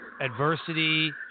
adversity